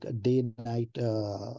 day-night